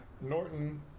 Norton